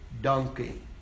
donkey